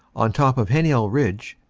on top of heninel ridge,